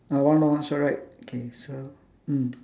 ah one long one short right okay so mm